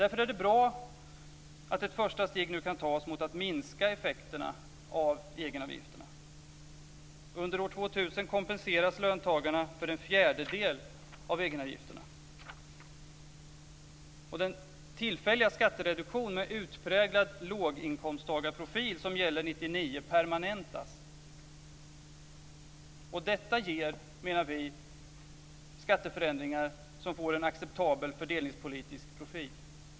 Därför är det bra att ett första steg nu kan tas mot att minska effekterna av egenavgifterna. Under år 2000 kompenseras löntagarna för en fjärdedel av egenavgifterna. Den tillfälliga skattereduktion med utpräglad låginkomstprofil som gäller 1999 permanentas.